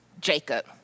Jacob